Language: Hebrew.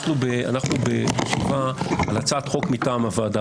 אנחנו בדיון על הצעת חוק מטעם הוועדה,